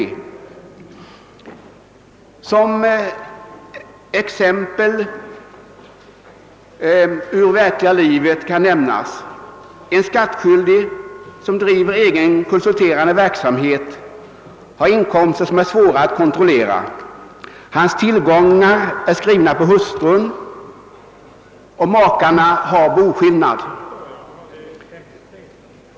Jag vill ta ett exempel ur verkliga livet. En skattskyldig som driver egen konsulterande verksamhet har inkomster som är svåra att kontrollera. Hans tillgångar är skrivna på hustrun och makarna har boskillnad.